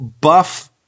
buff